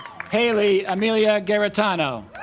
haley amelia garritano